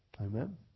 Amen